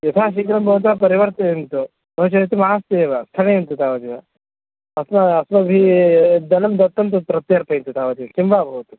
यथा शीघ्रं भवन्तः परिवर्तयन्तु नो चेत् मास्तु एव स्थगयन्तु तावदेव अस्माभिः अस्माभिः यद् धनं दत्तं तत् प्रत्यर्पयन्तु तावदेव किं वा भवतु